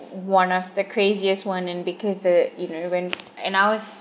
one of the craziest one in because uh you know and I was